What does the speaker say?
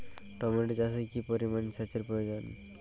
Tomato চাষে কি পরিমান সেচের প্রয়োজন?